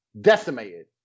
decimated